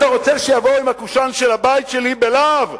אתה רוצה שיבואו עם הקושאן של הבית שלי בלהב?